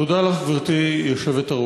תודה לך, גברתי היושבת-ראש,